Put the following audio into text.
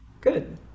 Good